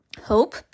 hope